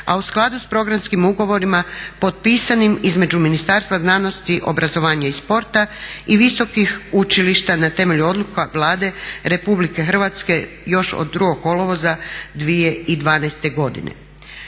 a u skladu s programskim ugovorima potpisanim između Ministarstva znanosti, obrazovanja i sporta i visokih učilišta na temelju odluka Vlade RH još od 2.kolovoza 2012.godine.